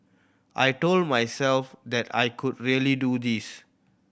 I told myself that I could really do this